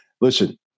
Listen